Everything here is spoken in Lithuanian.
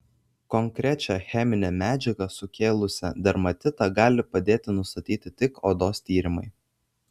konkrečią cheminę medžiagą sukėlusią dermatitą gali padėti nustatyti tik odos tyrimai